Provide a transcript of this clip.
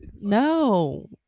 no